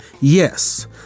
Yes